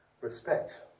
respect